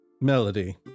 Melody